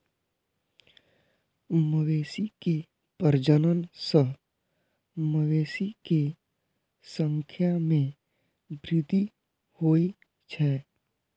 मवेशी के प्रजनन सं मवेशी के संख्या मे वृद्धि होइ छै